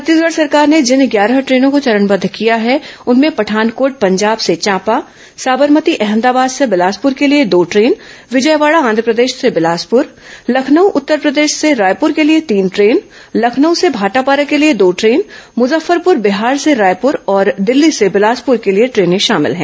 छत्तीसगढ़ सरकार ने जिन ग्यारह ट्रेनों को चरणबद्ध किया है उनमें पठानकोट पंजाब से चांपा साबरमती अहमदाबाद से बिलासपुर के लिए दो ट्रेन विजयवाड़ा आंध्रप्रदेश से बिलासपुर लखनऊ उत्तरप्रदेश से रायपुर के लिए तीन ट्रेन लखनऊ से भाटापारा के लिए दो ट्रेन मुजफ्फपुर बिहार से रायपुर और दिल्ली से बिलासपुर के लिए ट्रेनें शामिल हैं